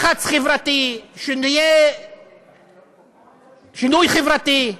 לחץ חברתי, שינוי חברתי,